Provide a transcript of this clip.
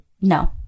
No